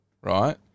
right